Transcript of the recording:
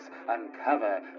uncover